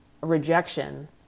rejection